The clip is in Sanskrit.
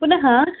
पुनः